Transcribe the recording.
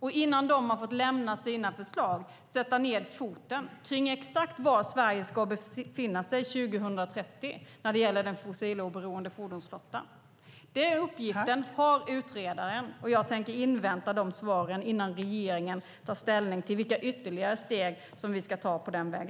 och innan de har lagt fram sina förslag sätta ned foten om exakt var Sverige ska befinna sig 2030 när det gäller den fossiloberoende fordonsflottan. Den uppgiften har utredaren. Jag tänker invänta de svaren innan regeringen tar ställning till vilka ytterligare steg vi ska ta på vägen.